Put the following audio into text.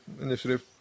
initiative